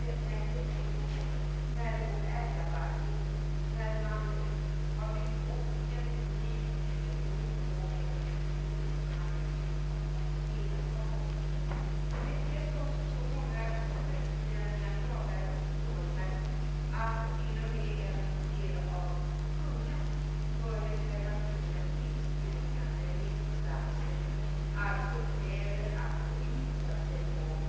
lits, i den del som behandlades i detta utlåtande, att riksdagen hos Kungl. Maj:t måtte begära en översyn av straffsatserna i brottsbalken och centrala specialstraffrättsliga författningar.